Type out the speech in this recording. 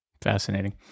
Fascinating